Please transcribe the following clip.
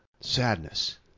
sadness